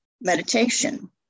meditation